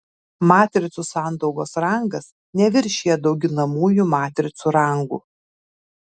matricų sandaugos rangas neviršija dauginamųjų matricų rangų